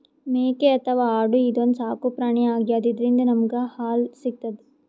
ಮೇಕೆ ಅಥವಾ ಆಡು ಇದೊಂದ್ ಸಾಕುಪ್ರಾಣಿ ಆಗ್ಯಾದ ಇದ್ರಿಂದ್ ನಮ್ಗ್ ಹಾಲ್ ಸಿಗ್ತದ್